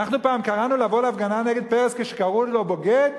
אנחנו פעם קראנו לבוא להפגנה נגד פרס כשקראו לו "בוגד"?